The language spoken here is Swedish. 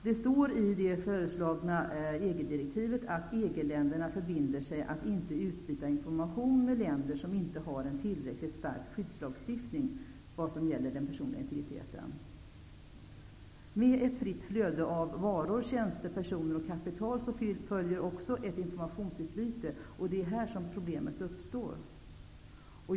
Det står i förslaget till EG-direktiv att EG-länderna förbinder sig att inte utbyta information med länder som inte har en tillräckligt stark skyddslagstiftning vad gäller den personliga integriteten. Med ett fritt flöde av varor, tjänster, personer och kapital följer också ett informationsutbyte. Det är här problemet uppstår.